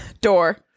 door